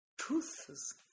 truths